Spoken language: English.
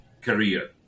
career